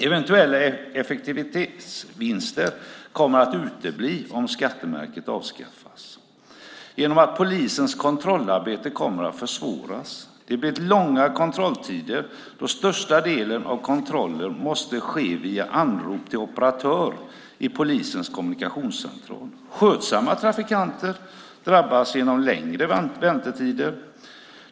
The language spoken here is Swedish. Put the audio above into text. Eventuella effektivitetsvinster kommer att utebli om skattemärket avskaffas genom att polisens kontrollarbete kommer att försvåras. Det blir långa kontrolltider då största delen av kontrollen måste ske via anrop till operatör i polisens kommunikationscentral. Skötsamma trafikanter drabbas genom längre väntetider.